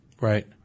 Right